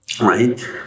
right